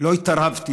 לא התערבתי,